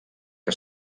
que